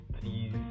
Please